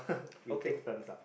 okay